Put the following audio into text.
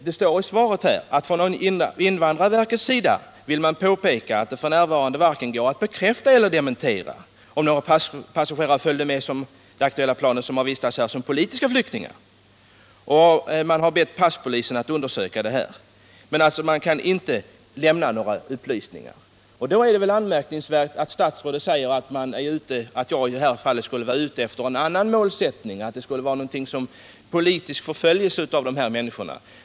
I det svar jag fått från upplysningstjänsten sägs vidare att invandrarverket varken kan bekräfta eller dementera om några personer som vistats här som politiska flyktingar följde med det aktuella planet. Man har bett passpolisen att undersöka den saken. Då är det anmärkningsvärt att statsrådet säger att jag i detta fall skulle ha en annan målsättning och försöka åstadkomma en politisk förföljelse av dessa människor.